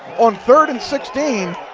on third and sixteen,